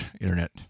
internet